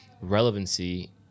relevancy